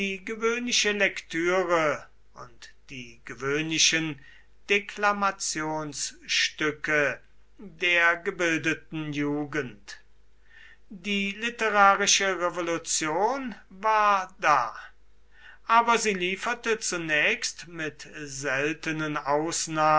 gewöhnliche lektüre und die gewöhnlichen deklamationsstücke der gebildeten jugend die literarische revolution war da aber sie lieferte zunächst mit seltenen ausnahmen